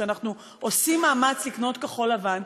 שאנחנו עושים מאמץ לקנות כחול-לבן,